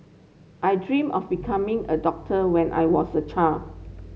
I dreamt of becoming a doctor when I was a child